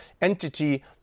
entity